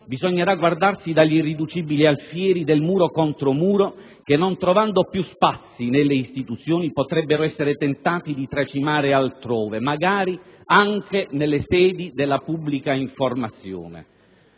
bisognerà guardarsi dagli irriducibili alfieri del muro contro muro, che, non trovando più spazi nelle istituzioni, potrebbero essere tentati di tracimare altrove, magari anche nelle sedi della pubblica informazione,